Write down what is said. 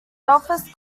belfast